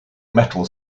metal